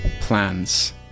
plans